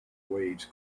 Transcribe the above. waves